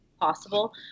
possible